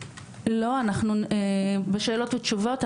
בכל רשות מקומית,